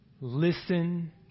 listen